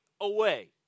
away